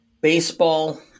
Baseball